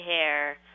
hair